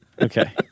Okay